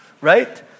Right